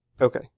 Okay